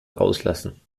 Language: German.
rauslassen